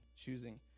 choosing